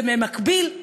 ובמקביל,